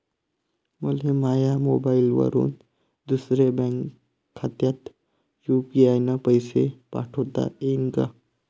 मले माह्या मोबाईलवरून दुसऱ्या बँक खात्यात यू.पी.आय न पैसे पाठोता येईन काय?